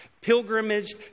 pilgrimaged